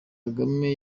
kagame